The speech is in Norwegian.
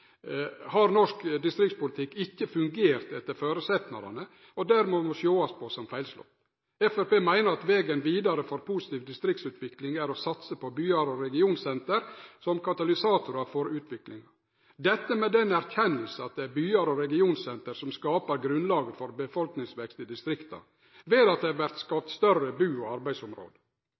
ikkje fungert etter føresetnadene, og må dermed sjåast på som mislykka. Framstegspartiet meiner at vegen vidare for positiv distriktsutvikling er å satse på byar og regionsenter som katalysatorar for utviklinga, dette med den erkjenninga at det er byar og regionsenter som skaper grunnlaget for befolkningsvekst i distrikta, ved at større bu- og arbeidsområder vert